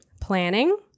planning